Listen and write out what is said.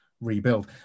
rebuild